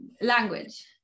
language